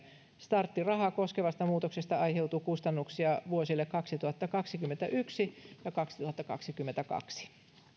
starttirahaa koskevasta muutoksesta aiheutuu kustannuksia vuosille kaksituhattakaksikymmentäyksi ja kaksituhattakaksikymmentäkaksi